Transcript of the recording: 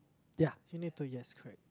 ya you need to just correct